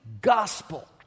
gospel